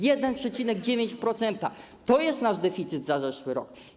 1,9% - to jest nasz deficyt za zeszły rok.